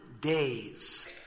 days